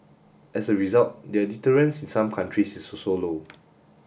as a result their deterrence in some countries is also low